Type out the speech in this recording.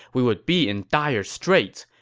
we would be in dire straits.